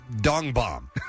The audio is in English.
dong-bomb